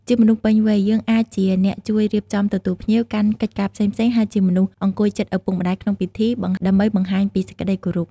ជាមនុស្សពេញវ័យ យើងអាចជាអ្នកជួយរៀបចំទទួលភ្ញៀវ កាន់កិច្ចការផ្សេងៗ ហើយជាមនុស្សអង្គុយជិតឪពុកម្ដាយក្នុងពិធី ដើម្បីបង្ហាញពីសេចក្ដីគោរព។